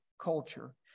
culture